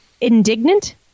indignant